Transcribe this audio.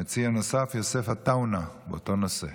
מציע נוסף, יוסף עטאונה, באותו נושא: